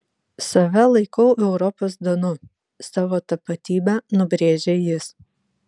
save laikau europos danu savo tapatybę nubrėžė jis